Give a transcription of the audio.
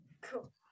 Cool